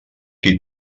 qui